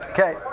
Okay